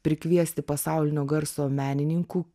prikviesti pasaulinio garso menininkų